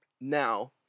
now